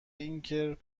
اینکه